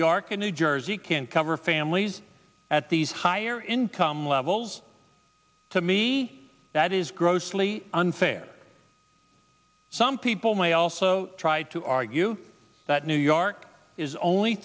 york and new jersey can cover families at these higher income levels to me that is grossly unfair some people may also try to argue that new york is only